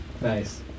nice